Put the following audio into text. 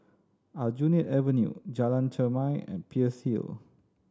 Aljunied Avenue Jalan Chermai and Peirce Hill